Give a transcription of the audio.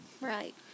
Right